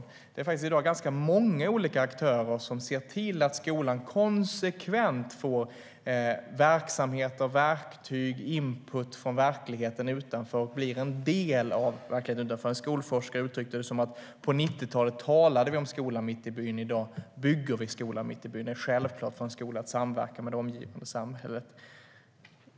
I dag är det faktiskt ganska många olika aktörer som ser till att skolan konsekvent får verksamheter, verktyg och input från verkligheten utanför och blir en del av den. En skolforskare uttryckte det så här: "På 90-talet talade vi om skolan mitt i byn. I dag bygger vi skolan mitt i byn." Det är självklart för en skola att samverka med det omgivande samhället.